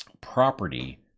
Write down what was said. property